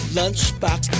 lunchbox